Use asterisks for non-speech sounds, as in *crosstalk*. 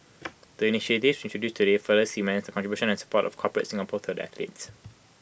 *noise* the initiatives introduced today further cements the contribution and support of corporate Singapore to the athletes